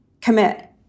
commit